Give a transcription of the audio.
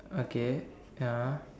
okay ya